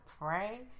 pray